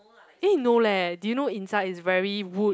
eh no leh did you know inside is very wood